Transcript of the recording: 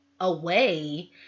away